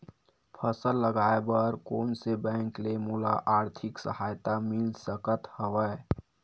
फसल लगाये बर कोन से बैंक ले मोला आर्थिक सहायता मिल सकत हवय?